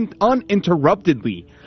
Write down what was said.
uninterruptedly